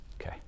Okay